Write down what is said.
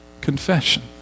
confession